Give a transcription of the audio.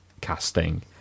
casting